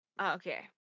Okay